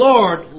Lord